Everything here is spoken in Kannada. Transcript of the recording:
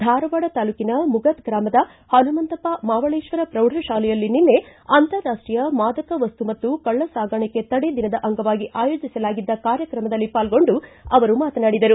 ಧಾರವಾಡ ತಾಲೂಕಿನ ಮುಗದ್ ಗ್ರಮದ ಹನುಮಂತಪ್ಪ ಮಾವಳೇಶ್ವರ ಪ್ರೌಢ ಶಾಲೆಯಲ್ಲಿ ನಿನ್ನೆ ಅಂತಾರಾಷ್ಟೀಯ ಮಾದಕ ವಸ್ತು ಮತ್ತು ಕಳ್ಳ ಸಾಗಾಣಿಕೆ ತಡೆ ದಿನದ ಅಂಗವಾಗಿ ಆಯೋಜಿಸಲಾಗಿದ್ದ ಕಾರ್ಯಕ್ರಮದಲ್ಲಿ ಪಾಲ್ಗೊಂಡು ಅವರು ಮಾತನಾಡಿದರು